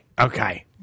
okay